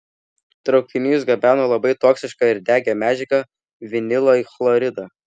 traukinys gabeno labai toksišką ir degią medžiagą vinilo chloridą